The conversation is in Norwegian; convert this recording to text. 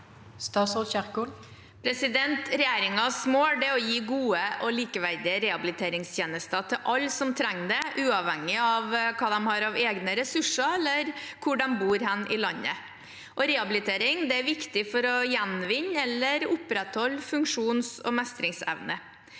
Regjeringens mål er å gi gode og likeverdige rehabiliteringstjenester til alle som trenger det, uavhengig av hva de har av egne ressurser, eller hvor i landet de bor. Rehabilitering er viktig for å gjenvinne eller opprettholde funksjons- og mestringsevne.